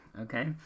okay